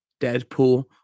Deadpool